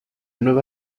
nueva